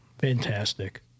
Fantastic